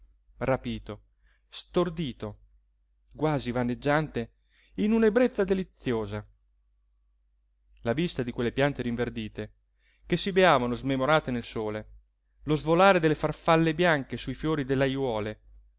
rapito stordito quasi vaneggiante in una ebbrezza deliziosa la vista di quelle piante rinverdite che si beavano smemorate nel sole lo svolare delle farfalle bianche su i fiori dell'ajuole